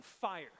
fire